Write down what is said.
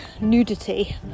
nudity